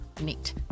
Neat